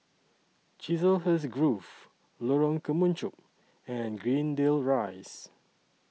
Chiselhurst Grove Lorong Kemunchup and Greendale Rise